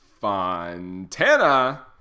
Fontana